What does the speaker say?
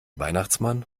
weihnachtsmann